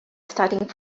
starting